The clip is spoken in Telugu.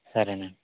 సరేనండి